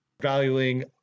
Valuing